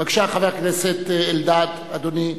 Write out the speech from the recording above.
בבקשה, חבר הכנסת אלדד, אדוני.